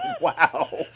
Wow